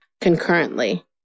concurrently